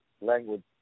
language